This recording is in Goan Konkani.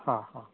आ हा